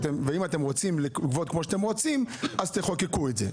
ואם אתם רוצים לגבות כמו שאתם רוצים תחוקקו את זה.